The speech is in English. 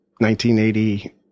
1980